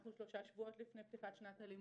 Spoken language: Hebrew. אנחנו שלושה שבועות לפני פתיחת שנת הלימודים.